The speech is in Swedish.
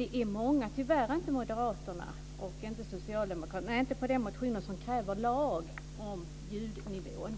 vi är många. Tyvärr fick vi inte med oss Moderaterna och Socialdemokraterna på den motion som kräver lag om sänkt ljudnivå.